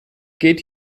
geht